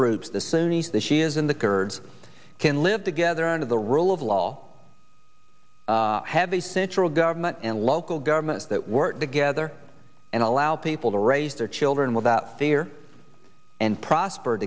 groups the sunni the shias in the kurds can live together and of the rule of law have a central government and local governments that work together and allow people to raise their children without fear and prosper